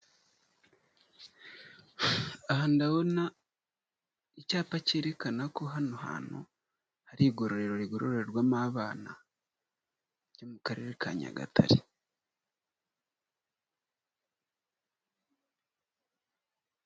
Aha ndabona icyapa kerekana ko hano hantu hari igororero rigororerwamo abana ryo mu Karere ka Nyagatare.